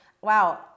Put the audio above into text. wow